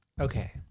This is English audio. Okay